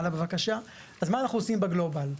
אז מה אנחנו עושים בגלובאל?